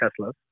Teslas